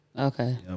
Okay